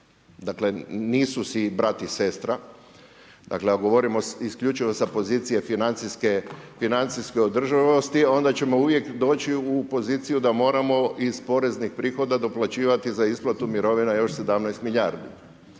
Dakle nisu si brat i sestra. Dakle ako govorimo isključivo sa pozicije financijske održivosti onda ćemo uvijek doći u poziciju da moramo iz poreznih prihoda doplaćivati za isplatu mirovina još 17 milijardi.